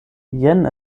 jen